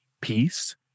peace